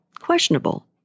questionable